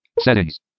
Settings